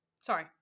Sorry